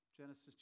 Genesis